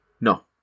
No